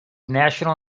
national